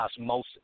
osmosis